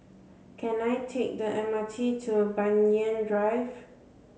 can I take the M R T to Banyan Drive